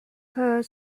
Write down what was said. per